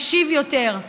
מקשיב יותר,